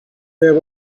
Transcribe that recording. there